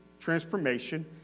transformation